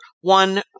one